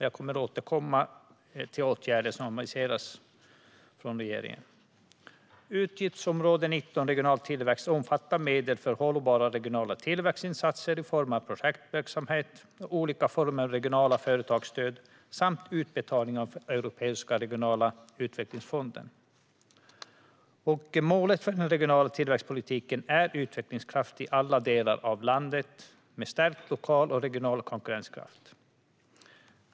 Jag kommer att återkomma till åtgärder som aviseras från regeringen. Utgiftsområde 19 Regional tillväxt omfattar medel för hållbara regionala tillväxtinsatser i form av projektverksamhet och olika former av regionala företagsstöd samt utbetalningar från Europeiska regionala utvecklingsfonden. Målet för den regionala tillväxtpolitiken är utvecklingskraft i alla delar av landet med stärkt lokal och regional konkurrenskraft.